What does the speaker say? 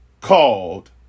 called